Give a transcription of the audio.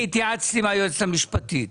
התייעצתי עם היועצת המשפטית.